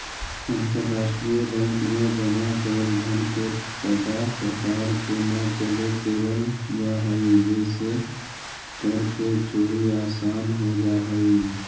अंतरराष्ट्रीय बैंक में जमा कैल धन के पता सरकार के न चले देवल जा हइ जेसे कर के चोरी आसान हो जा हइ